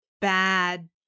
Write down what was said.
bad